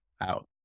out